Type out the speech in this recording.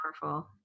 powerful